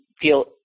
feel